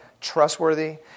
trustworthy